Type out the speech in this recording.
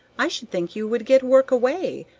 i should think you would get work away.